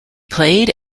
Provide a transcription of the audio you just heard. played